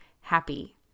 happy